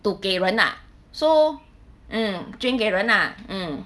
to 给人 lah so mm 捐给人啦 mm